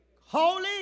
holy